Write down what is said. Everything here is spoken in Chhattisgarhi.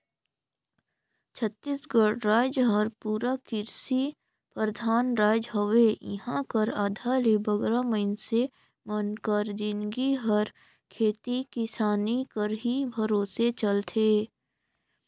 छत्तीसगढ़ राएज हर पूरा किरसी परधान राएज हवे इहां कर आधा ले बगरा मइनसे मन कर जिनगी हर खेती किसानी कर ही भरोसे चलथे